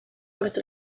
wordt